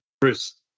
Bruce